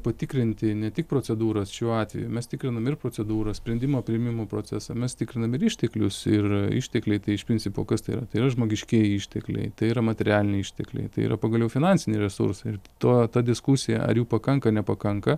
patikrinti ne tik procedūras šiuo atveju mes tikrinam ir procedūras sprendimo priėmimo procesą mes tikrinam ir išteklius ir ištekliai tai iš principo kas tai yra tai yra žmogiškieji ištekliai tai yra materialiniai ištekliai tai yra pagaliau finansiniai resursai ir tuo ta diskusija ar jų pakanka nepakanka